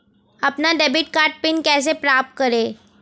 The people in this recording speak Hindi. अपना डेबिट कार्ड पिन कैसे प्राप्त करें?